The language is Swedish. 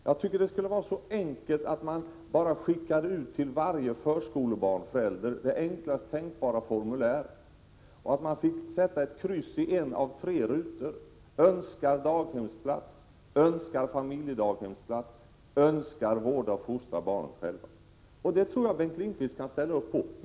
Jag tycker att det skulle vara så enkelt att bara till varje förskolebarnsförälder skicka ut enklaste tänkbara formulär, där man fick sätta ett kryss i en av tre rutor: önskar daghemsplats, önskar familjedaghemsplats eller önskar vårda och fostra barnen själv. Det tror jag att Bengt Lindqvist kan säga ja till.